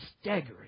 staggering